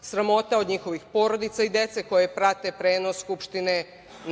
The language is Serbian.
sramota od njihovih porodica i dece koja prate prenos Skupštine